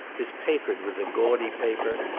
is papered with a gaudy paper,